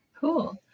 Cool